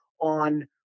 on